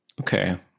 Okay